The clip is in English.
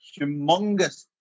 humongous